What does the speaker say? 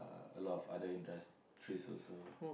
(uh)a lot of industries also